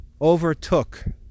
overtook